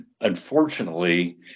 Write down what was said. unfortunately